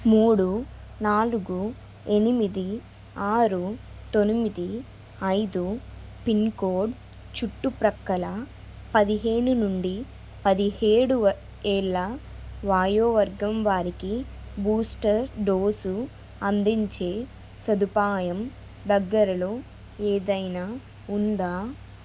మూడు నాలుగు ఎనిమిది ఆరు తొమ్మిది ఐదు పిన్ కోడ్ చుట్టుప్రక్కల పదిహేను నుండి పదిహేడు ఏళ్ళ వయోవర్గం వారికి బూస్టర్ డోసు అందించే సదుపాయం దగ్గరలో ఏదైనా ఉందా